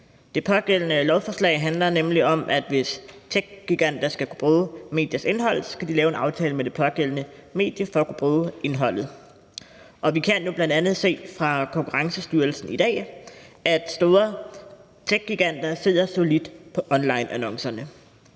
og vigtigt lovforslag. Det handler nemlig om, at hvis techgiganter skal kunne bruge mediers indhold, skal de lave en aftale med det pågældende medie for at kunne bruge indholdet. Og vi kan jo bl.a. se fra Konkurrencestyrelsen i dag, at store techgiganter sidder solidt på onlineannoncerne,